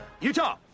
Utah